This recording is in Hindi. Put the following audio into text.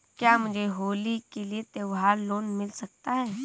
क्या मुझे होली के लिए त्यौहार लोंन मिल सकता है?